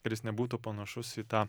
kuris nebūtų panašus į tą